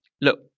look